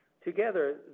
Together